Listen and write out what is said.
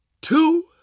two